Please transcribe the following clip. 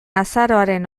azaroaren